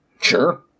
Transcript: Sure